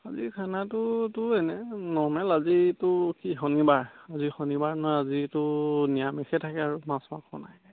আজি খানাটো তোৰ এনে নৰ্মেল আজি তোৰ কি শনিবাৰ আজি শনিবাৰ নহয় আজি তোৰ নিৰামিষে থাকে আৰু মাছ মাছ মাংস নাই